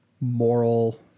moral